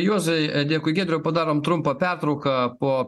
juozai dėkui giedriui padarom trumpą pertrauką po